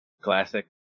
Classic